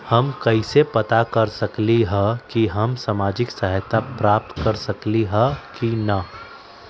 हम कैसे पता कर सकली ह की हम सामाजिक सहायता प्राप्त कर सकली ह की न?